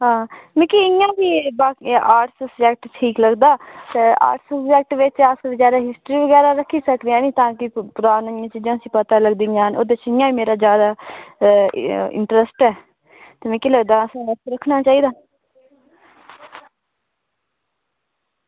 लेकिन इंया ते बस आर्टस सब्जैक्ट ठीक लगदा ते आर्ट सब्जैक्ट अस बेचारे हिस्ट्री रक्खी सकदे ऐनी तां की पुरानी चीज़ां असेंगी पता लगदियां न ओह्दे च इं'या भी मेरा जादै इंटरस्ट ऐ ते मिगी लगदा असें आर्टस रक्खना चाहिदा